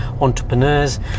entrepreneurs